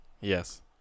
Yes